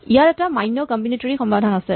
ইয়াৰ এটা মান্য কম্বিনেটৰী সমাধান আছে